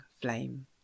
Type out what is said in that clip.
flame